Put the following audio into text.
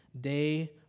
Day